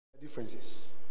differences